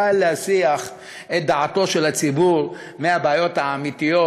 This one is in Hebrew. קל להסיח את דעתו של הציבור מהבעיות האמיתיות